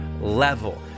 level